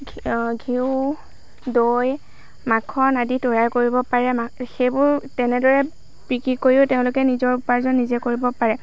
ঘিউ দৈ মাখন আদি তৈয়াৰ কৰিব পাৰে সেইবোৰ তেনেদৰে বিক্ৰী কৰিও তেওঁলোকে নিজৰ উপাৰ্জন নিজে কৰিব পাৰে